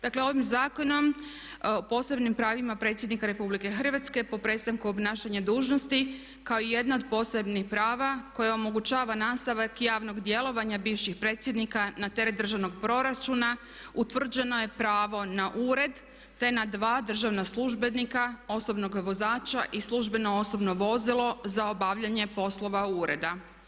Dakle, ovim zakonom, posebnim pravima predsjednika Republike Hrvatske po prestanku obnašanja dužnosti kao i jedna od posebnih prava koja omogućava nastavak javnog djelovanja bivših predsjednika na teret državnog proračuna utvrđeno je pravo na ured, te na dva državna službenika, osobnog vozača i službeno osobno vozilo za obavljanje poslova ureda.